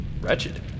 wretched